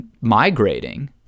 migrating